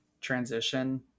transition